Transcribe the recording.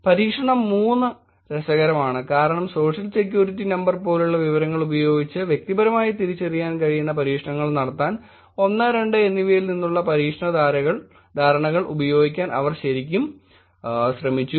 പരീക്ഷണം 3 രസകരമാണ് കാരണം സോഷ്യൽ സെക്യൂരിറ്റി നമ്പർ പോലുള്ള വിവരങ്ങൾ ഉപയോഗിച്ച് വ്യക്തിപരമായി തിരിച്ചറിയാൻ കഴിയുന്ന പരീക്ഷണങ്ങൾ നടത്താൻ 1 2 എന്നിവയിൽ നിന്നുള്ള പരീക്ഷണ ധാരണകൾ ഉപയോഗിക്കാൻ അവർ ശരിക്കും ശ്രമിച്ചു